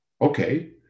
Okay